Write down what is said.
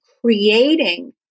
creating